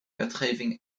wetgeving